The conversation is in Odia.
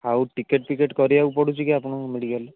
ଆଉ ଟିକେଟ୍ ଫିକେଟ କରିବାକୁ ପଡ଼ୁଛି କି ଆପଣଙ୍କ ମେଡ଼ିକାଲ୍ରେ